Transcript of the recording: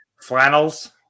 Flannels